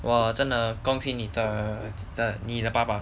!wah! 我真的恭喜你的爸爸